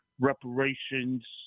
reparations